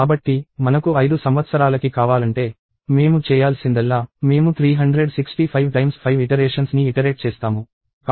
కాబట్టి మనకు 5 సంవత్సరాలకి కావాలంటే మేము చేయాల్సిందల్లా మేము 3655 ఇటరేషన్స్ ని ఇటరేట్ చేస్తాము